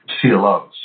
CLOs